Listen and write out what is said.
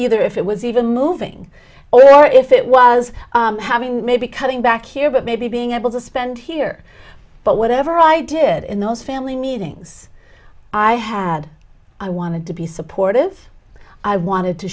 either if it was even moving over or if it was having maybe cutting back here but maybe being able to spend here but whatever i did in those family meetings i had i wanted to be supportive i wanted to